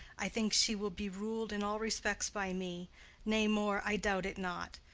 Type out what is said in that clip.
i think she will be rul'd in all respects by me nay more, i doubt it not.